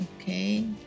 Okay